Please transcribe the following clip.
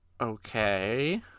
Okay